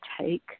take